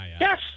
Yes